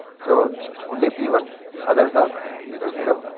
so only p one others are zero, zero,